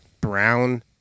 brown